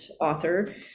author